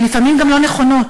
שלפעמים גם לא נכונות.